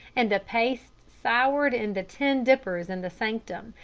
and the paste soured in the tin dippers in the sanctum,